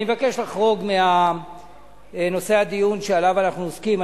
אני מבקש לחרוג מנושא הדיון שבו אנחנו עוסקים.